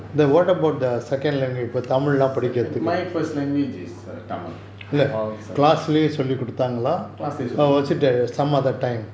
second my first languages is err tamil class லையே சொல்லி கொடுத்தாங்க:laye solli koduthaanga